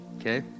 okay